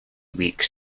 weeks